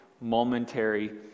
momentary